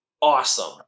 awesome